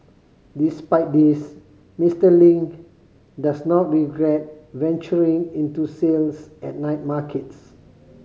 despite this Mister Ling does not regret venturing into sales at night markets